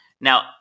Now